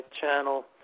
channel